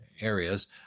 areas